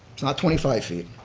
it's not twenty five feet,